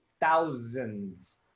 thousands